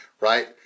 right